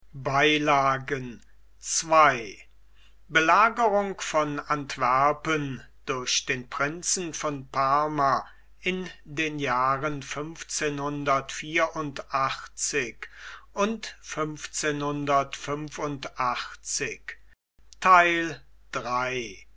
ii belagerung von antwerpen durch den prinzen von parma in den jahren